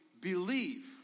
believe